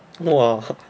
!whoa!